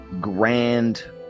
grand